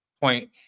point